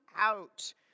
out